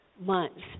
months